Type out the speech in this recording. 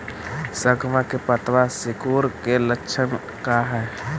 सगवा के पत्तवा सिकुड़े के लक्षण का हाई?